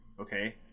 okay